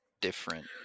different